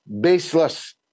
baseless